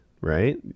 right